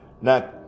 Now